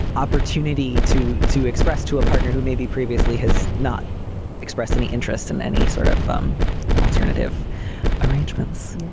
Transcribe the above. opportunity to to express to a partner who maybe previously has not expressed any interest in any sort of firm alternative arrangements. yeah